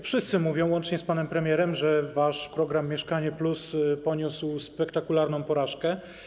Wszyscy mówią, łącznie z panem premierem, że wasz program „Mieszkanie+” poniósł spektakularną porażkę.